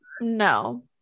no